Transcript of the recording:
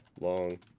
long